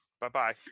Bye-bye